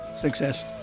success